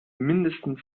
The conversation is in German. mindestens